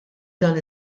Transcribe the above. dan